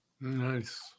Nice